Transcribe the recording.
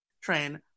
train